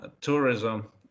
tourism